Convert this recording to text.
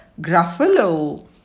Gruffalo